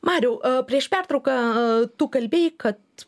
mariau prieš pertrauką aaa tu kalbėjai kad